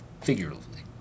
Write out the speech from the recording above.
figuratively